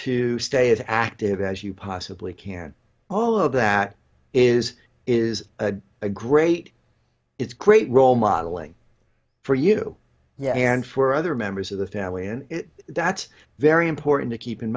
to stay as active as you possibly can all of that is is a great it's great role modeling for you yeah and for other members of the family and that's very important to keep in